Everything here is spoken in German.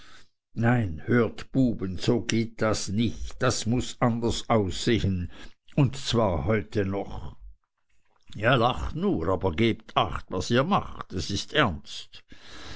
nein hört buben so geht das nicht das muß anders aussehen und zwar heute noch ja lacht nur aber gebt acht was ihr macht es ist ernst